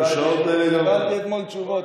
קיבלתי אתמול תשובות.